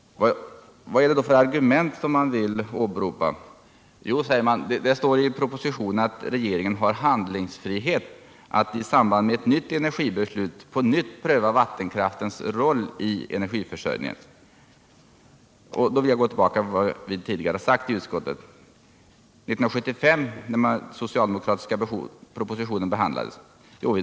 Vad är det då för argument man vill åberopa? Jo, säger man, det står i propositionen att regeringen har handlingsfrihet att i samband med ett nytt energibeslut på nytt pröva vattenkraftens roll i energiförsörjningen. Då vill jag gå tillbaka till vad vi sade tidigare i utskottet år 1975 när den socialdemokratiska propositionen behandlades.